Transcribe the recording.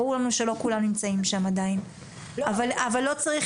ברור לנו שלא כולם נמצאים שם עדיין אבל לא צריך